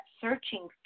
searching